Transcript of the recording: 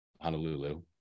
Honolulu